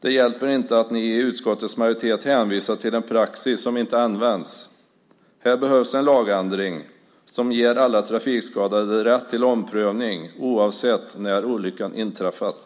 Det hjälper inte att ni i utskottets majoritet hänvisar till en praxis som inte används. Här behövs en lagändring som ger alla trafikskadade rätt till omprövning oavsett när olyckan inträffat.